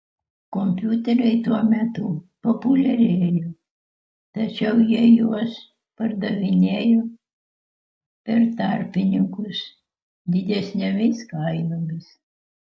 kompiuteriai tuo metu populiarėjo tačiau jie juos pardavinėjo per tarpininkus didesnėmis kainomis